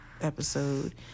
episode